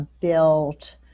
built